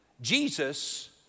Jesus